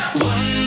one